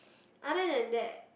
other than that